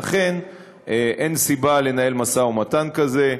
לכן, אין סיבה לנהל משא ומתן כזה.